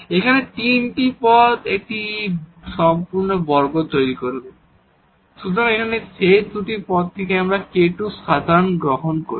এখন প্রথম 3 টি পদ একটি সম্পূর্ণ বর্গ তৈরি করবে সুতরাং এখানে শেষ 2 টি পদ থেকে আমরা k2 সাধারণ গ্রহণ করি